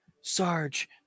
Sarge